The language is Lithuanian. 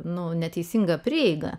nu neteisinga prieiga